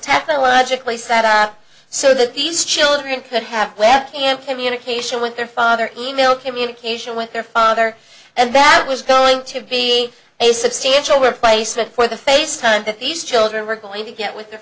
technologically set up so that these children could have lacking in communication with their father email communication with their father and that was going to be a substantial replacement for the face time that these children were going to get with the